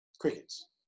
crickets